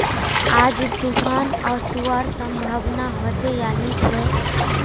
आज तूफ़ान ओसवार संभावना होचे या नी छे?